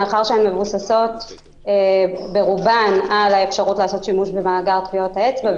כי הן מבוססות ברובן על האפשרות לעשות שימוש במאגר טביעות האצבע,